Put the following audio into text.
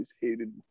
hated